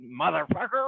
motherfucker